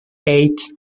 eight